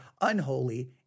unholy